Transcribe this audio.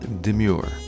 Demure